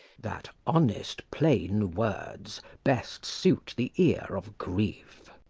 that honest plain words best suit the ear of grief.